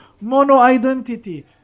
mono-identity